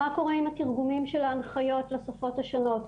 מה קורה עם התרגומים של ההנחיות לשפות השונות.